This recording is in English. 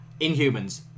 Inhumans